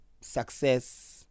success